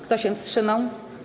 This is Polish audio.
Kto się wstrzymał?